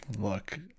Look